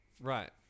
Right